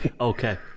Okay